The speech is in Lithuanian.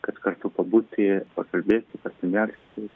kad kartu pabūti pakalbėti pasimelsti